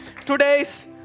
Today's